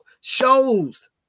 shows